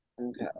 Okay